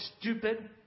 stupid